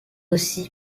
aussi